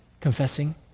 confessing